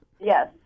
Yes